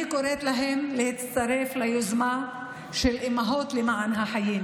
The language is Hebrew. אני קוראת להן להצטרף ליוזמה של אימהות למען החיים,